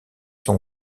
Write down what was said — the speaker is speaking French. son